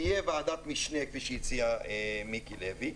שתהיה ועדת משנה כפי שהציע חבר הכנסת מיקי לוי.